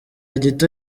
gito